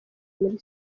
muri